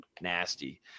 nasty